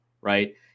Right